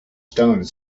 stone